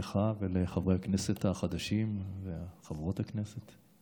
לך ולחברי הכנסת וחברות הכנסת החדשים.